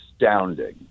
astounding